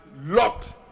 locked